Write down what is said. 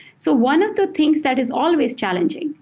so one of the things that is always challenging,